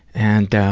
and